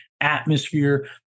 atmosphere